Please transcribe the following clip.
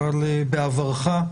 אבל בעברך,